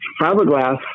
fiberglass